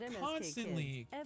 constantly